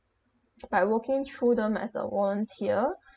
by working through them as a volunteer